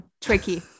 Tricky